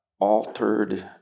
altered